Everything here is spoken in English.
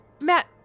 Matt